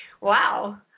Wow